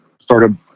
started